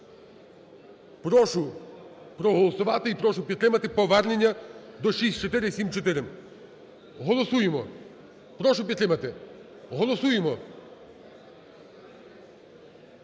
Прошу проголосувати і прошу підтримати повернення до 6474. Голосуємо, прошу підтримати. Голосуємо,